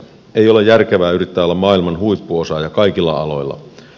ei ole järkevää yrittää olla maailman huippuosaaja kaikilla aloilla